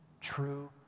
true